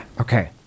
Okay